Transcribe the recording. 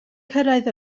cyrraedd